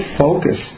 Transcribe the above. focus